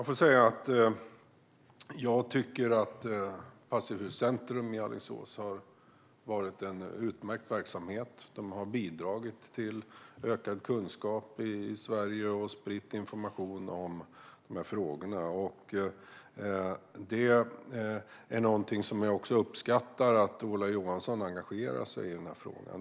Fru talman! Jag tycker att Passivhuscentrum i Alingsås har varit en utmärkt verksamhet som har bidragit till ökad kunskap i Sverige och har spridit information om dessa frågor. Jag uppskattar att Ola Johansson engagerar sig i detta.